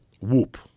Whoop